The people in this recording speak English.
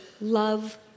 love